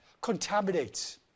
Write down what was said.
contaminates